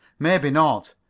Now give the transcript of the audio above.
maybe not.